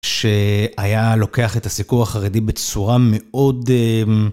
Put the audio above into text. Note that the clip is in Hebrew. שהיה לוקח את הסיקור החרדי בצורה מאוד...